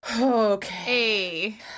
Okay